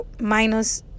minus